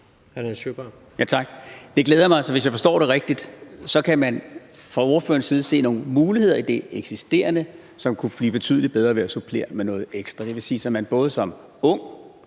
Det glæder mig. Så hvis jeg forstår det rigtigt, kan man fra ordførerens side se nogle muligheder i det eksisterende, som kunne blive betydelig bedre ved at supplere med noget ekstra. Det vil sige, at man både som ung,